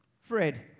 Fred